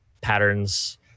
patterns